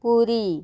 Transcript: Puri